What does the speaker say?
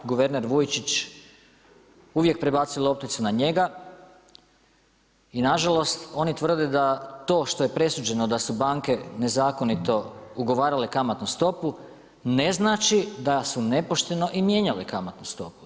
Guverner Vujčić uvijek prebacuje lopticu na njega i na žalost oni tvrde da to što je presuđeno da su banke nezakonito ugovarale kamatnu stopu ne znači da su nepošteno i mijenjale kamatnu stopu.